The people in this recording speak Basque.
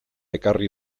ekarri